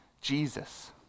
Jesus